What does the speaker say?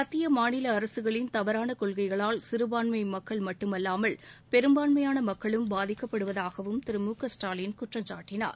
மத்திய மாநில அரசுகளின் தவறான கொள்கைகளால் சிறுபான்மை மக்கள் மட்டுமல்லாமல் பெரும்பான்மையான மக்களும் பாதிக்கப்படுவதாகவும் திரு மு க ஸ்டாலின் குற்றம் சாட்டினார்